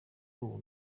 ubu